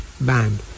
band